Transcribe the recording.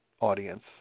audience